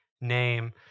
name